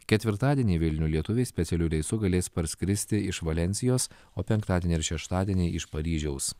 ketvirtadienį į vilnių lietuviai specialiu reisu galės parskristi iš valensijos o penktadienį ir šeštadienį iš paryžiaus